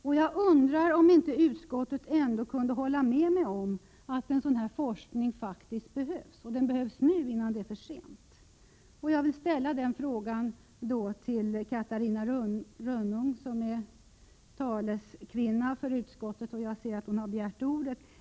Och jag undrar om inte utskottet ändå kunde hålla med mig om att en sådan här forskning faktiskt behövs och att den behövs nu, innan det är för sent. Jag vill ställa den frågan till Catarina Rönnung, som är taleskvinna för utskottet — jag har sett att hon begärt ordet.